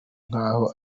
nkaho